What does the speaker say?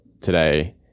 today